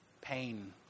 pain